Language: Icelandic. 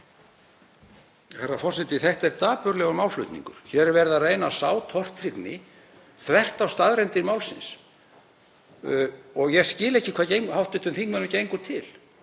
Þetta er dapurlegur málflutningur. Hér er verið að reyna að sá tortryggni þvert á staðreyndir málsins. Ég skil ekki hvað hv. þingmanni gengur til.